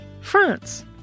France